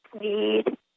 need